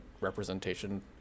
representation